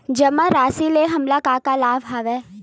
जमा राशि ले हमला का का लाभ हवय?